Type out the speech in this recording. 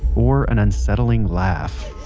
or an unsettling laugh